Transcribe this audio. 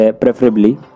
preferably